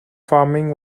farming